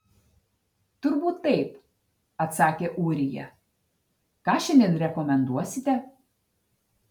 turbūt taip atsakė ūrija ką šiandien rekomenduosite